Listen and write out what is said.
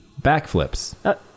backflips